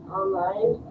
online